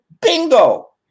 bingo